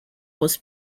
was